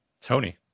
Tony